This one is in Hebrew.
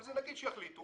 אבל נגיד שיחליטו.